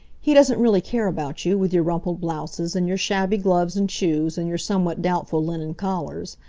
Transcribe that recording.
he doesn't really care about you, with your rumpled blouses, and your shabby gloves and shoes, and your somewhat doubtful linen collars.